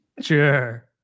Sure